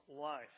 life